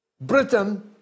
Britain